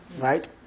Right